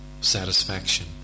satisfaction